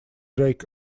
drag